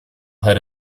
had